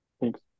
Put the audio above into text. Thanks